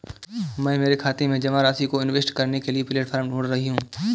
मैं मेरे खाते में जमा राशि को इन्वेस्ट करने के लिए प्लेटफॉर्म ढूंढ रही हूँ